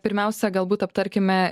pirmiausia galbūt aptarkime